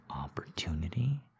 opportunity